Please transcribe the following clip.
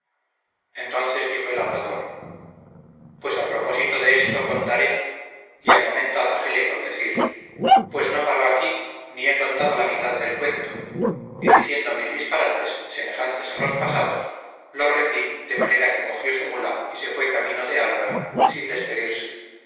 entonces dijo el hablador pues a proposito de esto contaré y al momento atajéle con decir pues no paró aquí ni he contado la mitad del cuento y diciendo mil disparates semejantes a los pasados lo rendí de manera que cogió su mula y se fue camino de alora sin despedirse